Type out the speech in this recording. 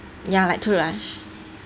ya like too large